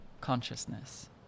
consciousness